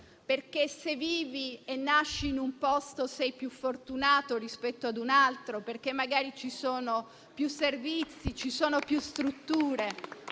se vivi e nasci in un posto sei più fortunato rispetto a un altro, perché magari ci sono più servizi e più strutture.